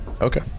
Okay